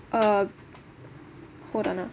uh hold on ah